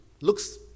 looks